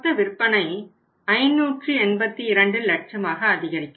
மொத்த விற்பனை 582 லட்சமாக அதிகரிக்கும்